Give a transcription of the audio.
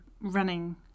running